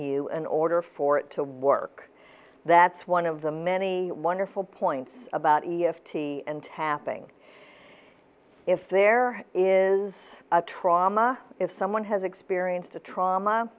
you an order for it to work that's one of the many wonderful points about e f t and tapping if there is a trauma if someone has experienced a trauma